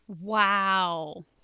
wow